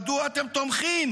מדוע אתם תומכים